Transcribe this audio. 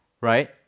right